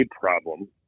problem